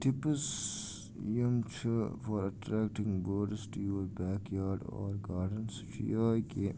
tips یِم چھِ for attracting birds to your backyard or garden سُہ چھِ یِہٕے کہِ